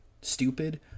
stupid